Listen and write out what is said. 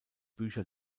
bücher